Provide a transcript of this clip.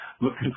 looking